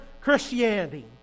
Christianity